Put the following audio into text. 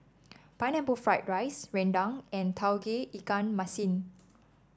Pineapple Fried Rice rendang and Tauge Ikan Masin